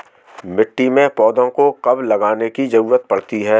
मिट्टी में पौधों को कब लगाने की ज़रूरत पड़ती है?